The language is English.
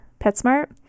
PetSmart